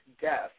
death